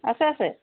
আছে আছে